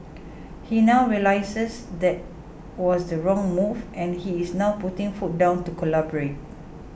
he now realises that was the wrong move and he is now putting foot down to collaborate